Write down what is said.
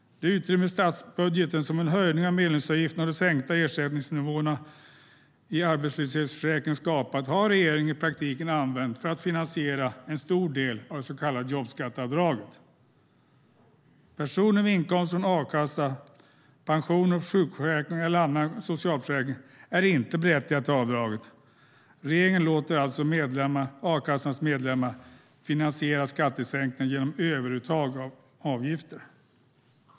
Det utrymme i statsbudgeten som höjningen av medlemsavgifterna och de sänkta ersättningsnivåerna i arbetslöshetsförsäkringen skapade har regeringen i praktiken använt för att finansiera en stor del av det så kallade jobbskatteavdraget. Personer med inkomster från a-kassa, pensioner, sjukförsäkring eller annan socialförsäkring är inte berättigade till avdraget. Regeringen låter alltså a-kassornas medlemmar finansiera skattesänkningarna genom överuttag av avgifter.